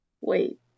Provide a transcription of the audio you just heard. Wait